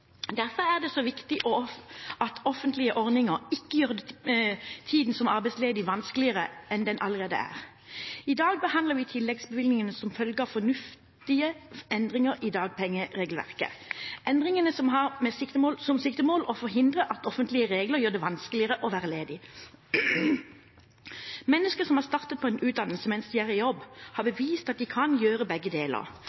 det så viktig at offentlige ordninger ikke gjør tiden som arbeidsledig vanskeligere enn den allerede er. I dag behandler vi tilleggsbevilgningen som følger fornuftige endringer i dagpengeregelverket, endringer med siktemål å forhindre at offentlige regler gjør det vanskeligere å være ledig. Mennesker som har startet på en utdannelse mens de er i jobb, har